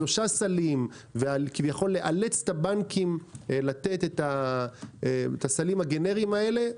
שלושה סלים וכביכול לאלץ את הבנקים לתת את הסלים הגנריים האלה,